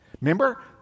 remember